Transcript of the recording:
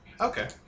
Okay